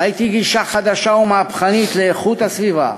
ראיתי גישה חדשה ומהפכנית לאיכות הסביבה,